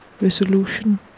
resolution